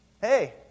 hey